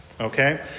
Okay